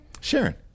Sharon